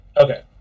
Okay